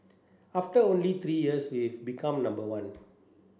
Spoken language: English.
after only three years we've become number one